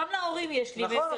גם להורים יש לי מסר,